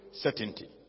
certainty